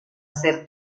ser